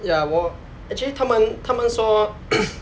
ya 我 actually 他们他们说